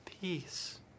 peace